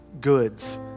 goods